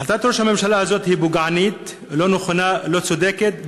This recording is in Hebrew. החלטת ראש הממשלה הזאת היא פוגענית ולא נכונה ולא צודקת,